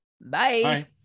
Bye